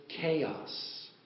chaos